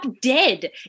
dead